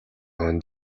хойно